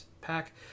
pack